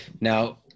Now